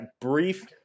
brief